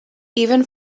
even